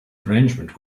arrangement